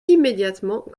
immédiatement